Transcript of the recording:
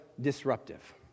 disruptive